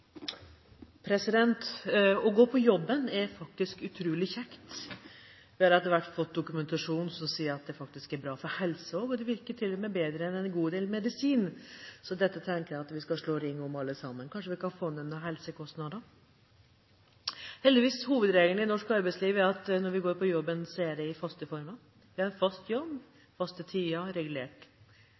dette. Å gå på jobben er faktisk utrolig kjekt. Vi har etter hvert fått dokumentasjon som sier at det er bra for helsa også. Det virker til og med bedre enn en god del medisin, så dette tenker jeg at vi skal slå ring om, alle sammen. Kanskje kan vi få ned noen helsekostnader? Heldigvis er hovedregelen i norsk arbeidsliv at når vi går på jobben, er det i faste former: Vi har fast jobb og faste tider, og det er regulert.